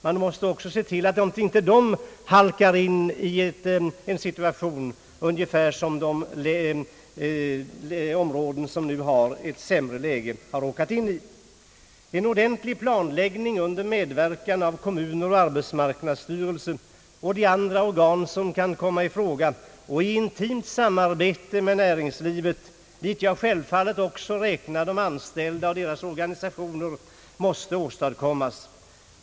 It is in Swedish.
Man måste se till att de inte råkar i samma situation som de områden som nu har ett sämre läge. En ordentlig planläggning under medverkan av kommuner, arbetsmarknadsstyrelsen och de andra organ som kan komma i fråga och i intimt samarbete med näringslivet — dit jag självfallet också räknar de anställda och deras organisationer — måste åstadkommas.